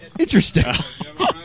Interesting